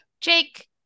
Jake